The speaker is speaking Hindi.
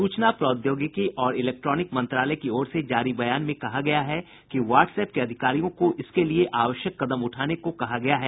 सूचना प्रौद्योगिकी और इलेक्ट्रॉनिक मंत्रालय की ओर से जारी बयान में कहा गया है कि वाट्सअप के अधिकारियों को इसके लिए आवश्यक कदम उठाने को कहा गया है